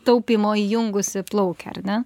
taupymo įjungusi plaukia ar ne